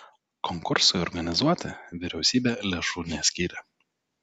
konkursui organizuoti vyriausybė lėšų neskyrė